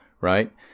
Right